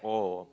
oh